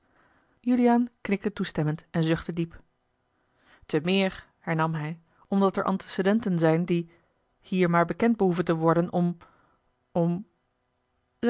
juliaan knikte toestemmend en zuchtte diep te meer hernam hij omdat er antecedenten zijn die hier maar bekend behoeven te worden om om